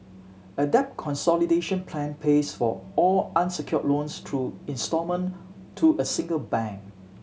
a debt consolidation plan pays for all unsecured loans through instalment to a single bank